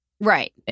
Right